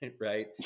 right